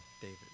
David